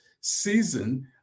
season